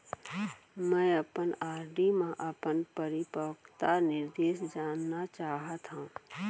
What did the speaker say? मै अपन आर.डी मा अपन परिपक्वता निर्देश जानना चाहात हव